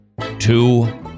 Two